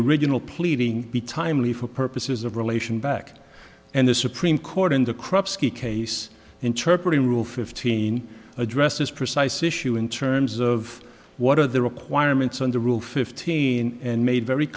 original pleading be timely for purposes of relation back and the supreme court in the crops case interpret a rule fifteen addresses precise issue in terms of what are the requirements on the rule fifteen and made very